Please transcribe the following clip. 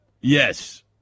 Yes